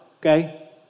okay